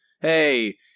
Hey